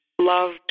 loved